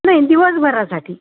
नाही दिवसभरासाठी